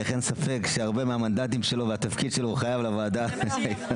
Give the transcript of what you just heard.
אין ספק שהרבה מהמנדטים שלו ומהתפקיד שלו הוא חייב לוועדה הזאת.